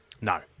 No